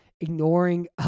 ignoring